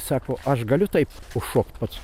sako aš galiu taip užšokt pats